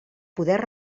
poder